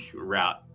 route